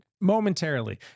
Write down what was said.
momentarily